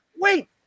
wait